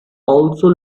also